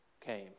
came